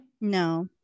No